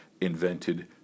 invented